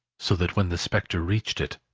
so that when the spectre reached it,